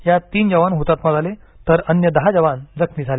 यात तीन जवान हुतात्मा झाले तर अन्य दहा जवान जखमी झाले